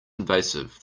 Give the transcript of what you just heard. invasive